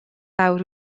awr